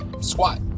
squat